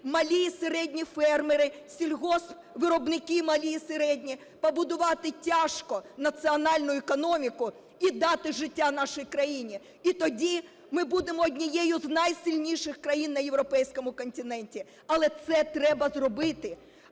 малі і середні фермери, сільгоспвиробники малі і середні, побудувати тяжко національну економіку і дати життя нашій Україні. І тоді ми будемо однією з найсильніших країн на європейському континенті. Але це треба зробити.